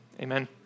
amen